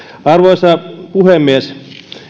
arvoisa puhemies